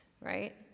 right